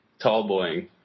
Tallboying